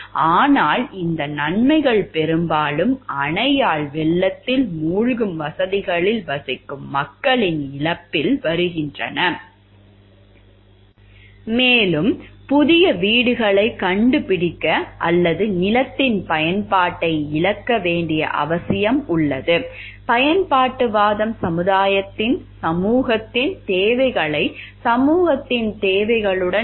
ஆனால் இந்த நன்மைகள் பெரும்பாலும் அணையால் வெள்ளத்தில் மூழ்கும் பகுதிகளில் வசிக்கும் மக்களின் இழப்பில் வருகின்றன மேலும் புதிய வீடுகளைக் கண்டுபிடிக்க அல்லது நிலத்தின் பயன்பாட்டை இழக்க வேண்டிய அவசியம் உள்ளது பயன்பாட்டுவாதம் சமூகத்தின் தேவைகளை சமூகத்தின் தேவைகளுடன் சமநிலைப்படுத்த முயற்சிக்கிறது